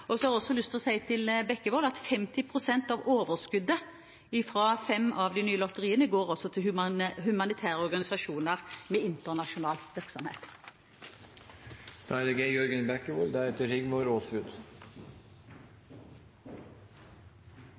understreke. Så har jeg også lyst til å si til Bekkevold at 50 pst. av overskuddet fra de fem nye lotteriene går til humanitære organisasjoner med internasjonal virksomhet. Jeg vet at 50 pst. av overskuddet fra de nye lotteriene skal gå til internasjonale humanitære organisasjoner – dette er